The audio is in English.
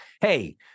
Hey